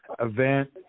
event